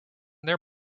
their